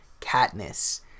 Katniss